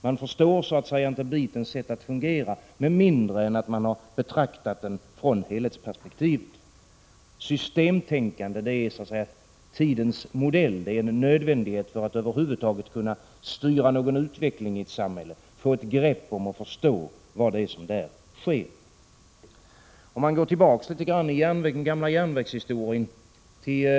Man förstår inte bitens sätt att fungera med mindre än att man har betraktat den från helhetsperspektivet. Systemtänkande är så att säga tidens modell. Det är en nödvändighet för att över huvud taget kunna styra någon utveckling i ett samhälle, för att få ett grepp om och förstå vad det är som sker. Om man går tillbaka litet grand i den gamla järnvägshistorien, till våra — Prot.